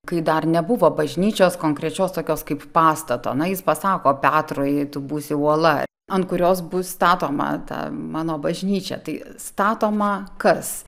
kai dar nebuvo bažnyčios konkrečios tokios kaip pastato na jis pasako petrui tu būsi uola ant kurios bus statoma ta mano bažnyčia tai statoma kas